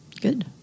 Good